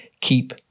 keep